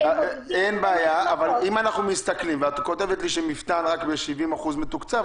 אנחנו מסתכלים וכתוב ש"מפתן" זה רק ב-70% מתוקצב,